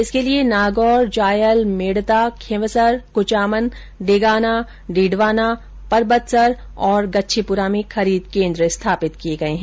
इसके लिए नागौर जायल मेड़ता खीवसर कुचामन डेगाना डीडवाना परबतसर और गच्छीपुरा में खरीद केन्द्र स्थापित किए गए हैं